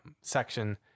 section